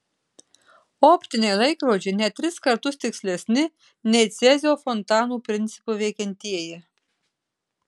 optiniai laikrodžiai net tris kartus tikslesni nei cezio fontanų principu veikiantieji